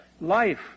life